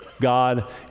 God